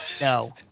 No